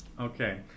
Okay